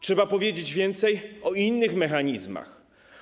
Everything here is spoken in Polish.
Trzeba powiedzieć więcej o innych mechanizmach.